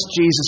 Jesus